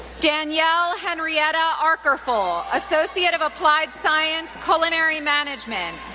danielle henritta arkorful, associate of applied science, culinary management.